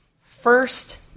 first